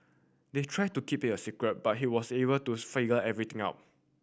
they tried to keep it a secret but he was able to figure everything out